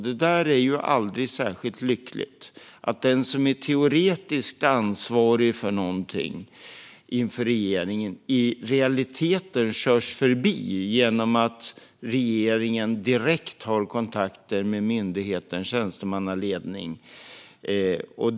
Det är aldrig särskilt lyckligt att den som är teoretiskt ansvarig för något inför regeringen i realiteten körs förbi genom att regeringen direkt har kontakt med myndighetens tjänstemannaledning.